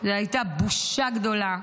זו הייתה בושה גדולה,